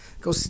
go